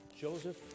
Joseph